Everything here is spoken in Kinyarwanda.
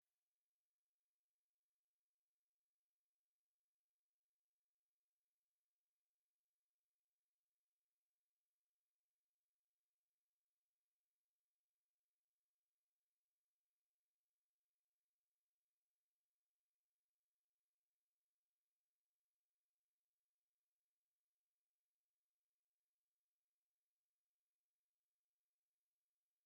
Ibitaro birimo abarwayi ndetse n'abarwaza harimo n'umuntu wicaye mu igare ry' abafite ubumuga.